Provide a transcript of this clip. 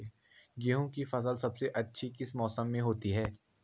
गेहूँ की फसल सबसे अच्छी किस मौसम में होती है